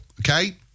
okay